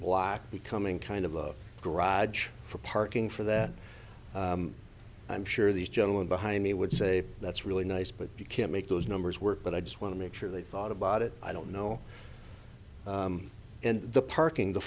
block becoming kind of a garage for parking for that i'm sure these gentlemen behind me would say that's really nice but you can't make those numbers work but i just want to make sure they thought about it i don't know and the parking the